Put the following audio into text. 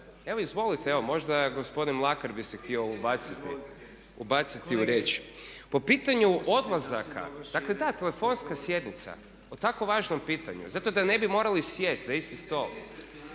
Evo izvolite. Evo možda gospodin Mlakar bi se htio ubaciti u riječ. Po pitanju odlazaka. Dakle da, telefonska sjednica o tako važnom pitanju. Zato da ne bi morali sjesti za isti stol.